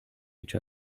each